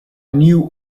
knew